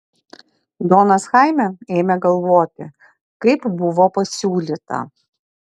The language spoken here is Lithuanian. donas chaime ėmė galvoti kaip buvo pasiūlyta